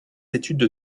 études